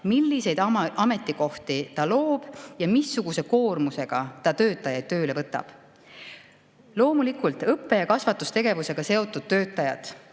milliseid ametikohti ta loob ja missuguse koormusega ta töötajaid tööle võtab. Loomulikult õppe- ja kasvatustegevusega seotud töötajad,